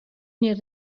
gnir